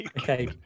Okay